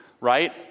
right